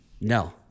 No